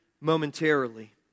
momentarily